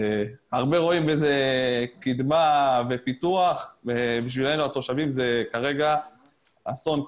הרבה רואים בבנייה הזאת קדמה ופיתוח אבל בשבילנו התושבים היא כרגע אסון.